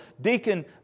Deacon